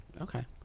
okay